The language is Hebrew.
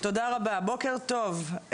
בוקר טוב.